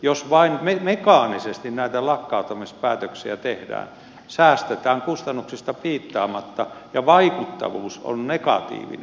jos vain mekaanisesti näitä lakkauttamispäätöksiä tehdään säästetään kustannuksista piittaamatta ja vaikuttavuus on negatiivinen